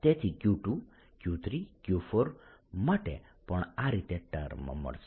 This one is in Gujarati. તેથી Q2 Q3 Q4 માટે પણ આ રીતે ટર્મ મળશે